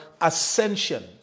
ascension